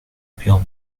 بیام